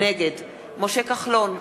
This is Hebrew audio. נגד משה כחלון,